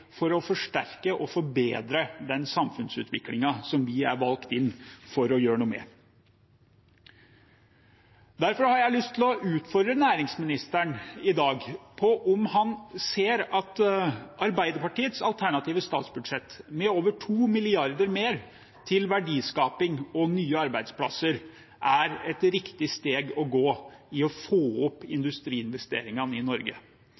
for å forsterke og forbedre den samfunnsutviklingen som vi er valgt inn for å gjøre noe med. Derfor har jeg i dag lyst til å utfordre næringsministeren på om han ser at Arbeiderpartiets alternative statsbudsjett, med over 2 mrd. kr mer til verdiskaping og nye arbeidsplasser, er et riktig steg å gå for å få opp industriinvesteringene i Norge.